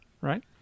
right